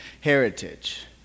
heritage